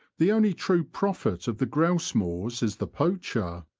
the only true prophet of the grouse-moors is the poacher.